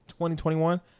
2021